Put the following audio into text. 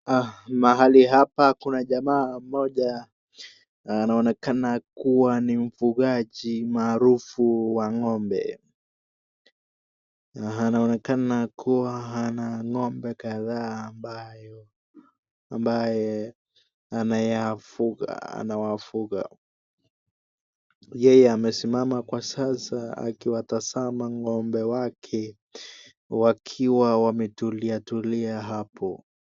Mahali hapa kuna jamaa mmoja anaonekana kuwa ni mfugaji maarufu wa ng'ombe. Anaonekana kuwa ana ng'ombe kadhaa ambaye anayafuga, anawafuga. Yeye amesimama kwa sasa akiwatazama ng'ombe wake wakiwa wametuliatulia hapo.